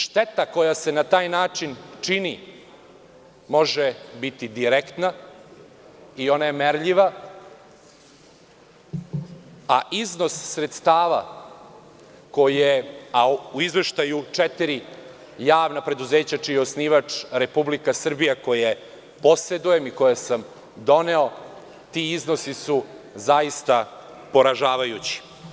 Šteta koja se na taj način čini može biti direktna i ona je merljiva, a iznos sredstava, a u izveštaju četiri javna preduzeća čiji je osnivač Republika Srbija, koje posedujem i koje sam doneo, ti iznosi su zaista poražavajući.